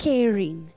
Caring